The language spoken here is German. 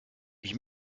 ich